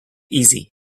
easy